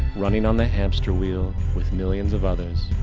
running on a hamster wheel, with millions of others,